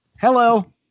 Hello